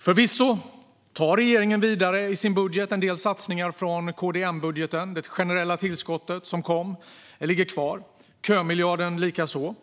Förvisso tar regeringen vidare i sin budget en del satsningar från KD-M-budgeten. Det generella tillskottet ligger kvar, kömiljarden likaså.